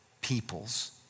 peoples